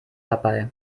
dabei